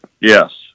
Yes